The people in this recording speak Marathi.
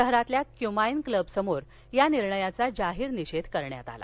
शहरातील क्युमाईन क्लबसमोर या निर्णयाचा जाहीर निषेध करण्यात आला